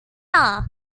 corner